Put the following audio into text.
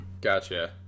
Gotcha